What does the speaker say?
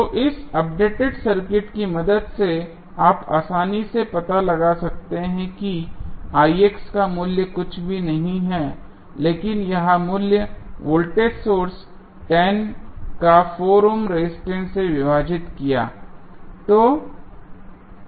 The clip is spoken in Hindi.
तो इस अपडेटेड सर्किट की मदद से आप आसानी से पता लगा सकते हैं कि का मूल्य कुछ भी नहीं है लेकिन यह मूल्य वोल्टेज सोर्स 10 का 4 ओम रेजिस्टेंस से विभाजित किया